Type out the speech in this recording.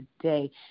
today